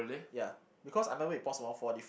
ya because either way we pause for one forty